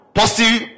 positive